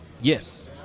Yes